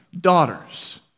daughters